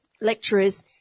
lecturers